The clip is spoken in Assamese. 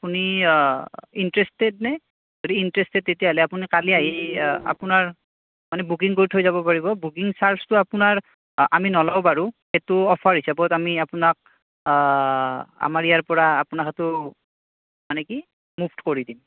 আপুনি ইণ্টাৰেষ্টেড নে যদি ইণ্টাৰেষ্টেড তেতিয়া হ'লে আপুনি কালি আহি আপোনাৰ বুকিং কৰি থৈ যাব পাৰিব বুকিং চাৰ্জটো আপোনাৰ আমি নলওঁ বাৰু এইটো অফাৰ হিচাপত আমি আপোনাক আমাৰ ইয়াৰ পৰা আপোনাক এইটো মানে কি মুফট কৰি দিম